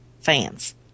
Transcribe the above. fans